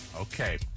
Okay